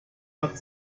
hat